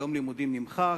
יום לימודים נמחק,